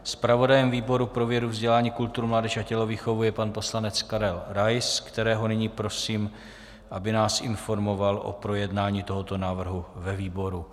Zpravodajem výboru pro vědu, vzdělání, kulturu, mládež a tělovýchovu je pan poslanec Karel Rais, kterého nyní prosím, aby nás informoval o projednání tohoto návrhu ve výboru.